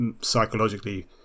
psychologically